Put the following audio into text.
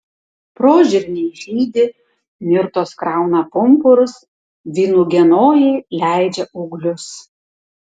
prožirniai žydi mirtos krauna pumpurus vynuogienojai leidžia ūglius